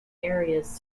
areas